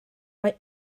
mae